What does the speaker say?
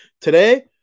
Today